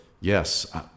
yes